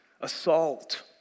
Assault